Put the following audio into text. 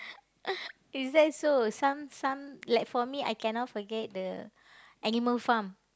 is that so some some like for me I cannot forget the animal farm